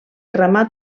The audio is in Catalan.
ramat